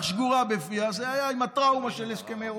שגורה בפיה זה היה עם הטראומה של הסכמי אוסלו,